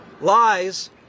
Lies